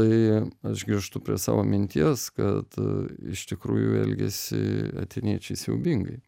tai aš grįžtu prie savo minties kad iš tikrųjų elgiasi atėniečiai siaubingai